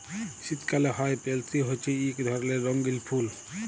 শীতকালে হ্যয় পেলসি হছে ইক ধরলের রঙ্গিল ফুল